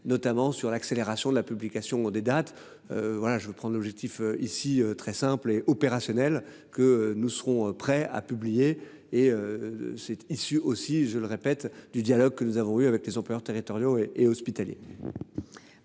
notamment sur l'accélération de la publication des dates. Voilà, je prends l'objectif ici très simple et opérationnelle que nous serons prêts à publier et. Cette issue aussi, je le répète du dialogue que nous avons eue avec les employeurs territoriaux et hospitaliers.